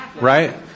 right